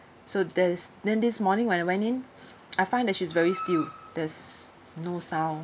so this then this morning when I went in I find that she is very still there is no sound